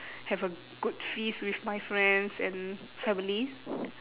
have a good feast with my friends and family